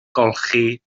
olchi